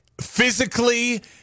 physically